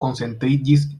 koncentriĝis